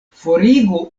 forigu